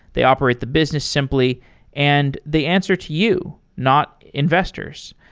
they operate the business simply and they answer to you, not investors.